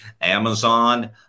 Amazon